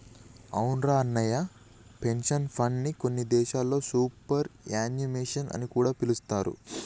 అవునురా అన్నయ్య పెన్షన్ ఫండ్ని కొన్ని దేశాల్లో సూపర్ యాన్యుమేషన్ అని కూడా పిలుస్తారు